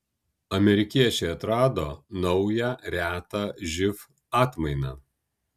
amerikiečiai atrado naują retą živ atmainą